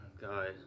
God